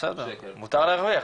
מותר להרוויח.